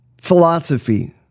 philosophy